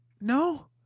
no